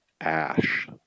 ash